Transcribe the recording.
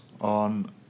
on